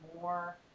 more